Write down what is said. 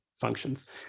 functions